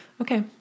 Okay